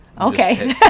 Okay